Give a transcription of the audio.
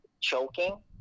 choking